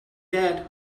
that